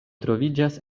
troviĝas